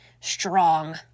strong